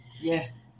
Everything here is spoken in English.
Yes